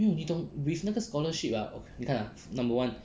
没有你懂 with 那个 scholarship ah 你看 ah number one